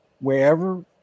wherever